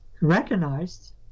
recognized